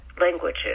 language